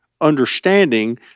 understanding